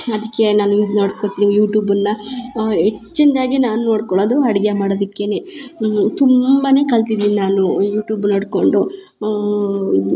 ಅದಕ್ಕೆ ನಾನು ಇದು ನೋಡ್ಕೊತೀನಿ ಯೂಟ್ಯೂಬನ್ನ ಹೆಚ್ಚಿನ್ದಾಗಿ ನಾನ ನೋಡ್ಕೊಳೊದು ಅಡ್ಗೆ ಮಾಡೋದಿಕೆನೆ ತುಂಬಾನೆ ಕಲ್ತಿದ್ದೀನಿ ನಾನು ಯೂಟ್ಯೂಬ್ ನೋಡ್ಕೊಂಡು ಇದು